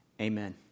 amen